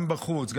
גם בחוץ,